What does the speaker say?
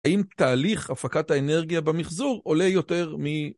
האם תהליך הפקת האנרגיה במיחזור עולה יותר מ...